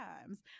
times